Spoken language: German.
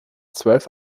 zwölf